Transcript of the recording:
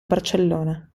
barcellona